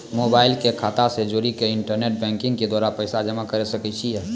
Mobile के खाता से जोड़ी के इंटरनेट बैंकिंग के द्वारा पैसा जमा करे सकय छियै?